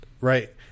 Right